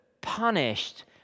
punished